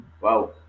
Wow